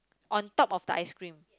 on top of the ice cream